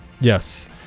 Yes